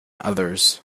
others